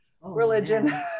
religion